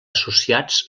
associats